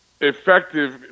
effective